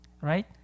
right